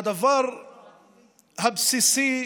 הדבר הבסיסי